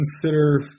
consider